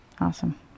awesome